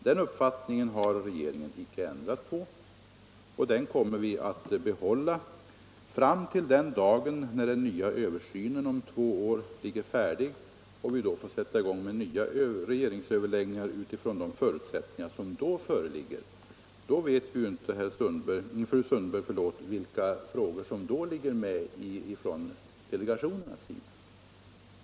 Den uppfattningen har regeringen inte ändrat på, och den kommer vi att behålla fram till den dag om två år då den nya översynen är färdig och vi får sätta i gång med nya regeringsöverläggningar från de förutsättningar som då föreligger. Fru Sundberg vet ju inte vilka synpunkter som kommer att föras fram av delegationerna.